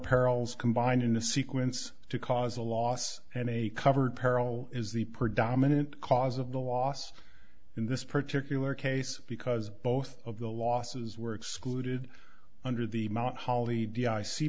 perils combine in a sequence to cause a loss and a covered peril is the predominant cause of the loss in this particular case because both of the losses were excluded under the mount holly